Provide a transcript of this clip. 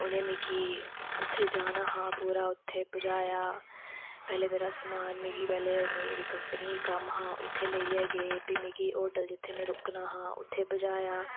उनें मिगी जित्थें जाना हा उनें मिगी उत्थें पुज्जाया हा पैह्लें मेरा समान पैह्लें मिगी कंपनी च कम्म हा में उत्थें लेइयै गे भी मिगी होटल जित्थें में रुक्कना हा उत्थें पुजाया